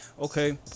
Okay